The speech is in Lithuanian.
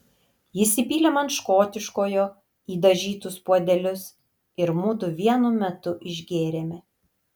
jis įpylė man škotiškojo į dažytus puodelius ir mudu vienu metu išgėrėme